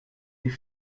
die